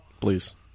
Please